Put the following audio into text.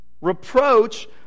reproach